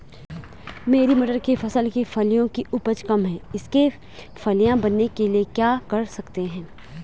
मेरी मटर की फसल की फलियों की उपज कम है इसके फलियां बनने के लिए क्या कर सकते हैं?